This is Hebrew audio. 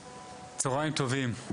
צוהריים טובים,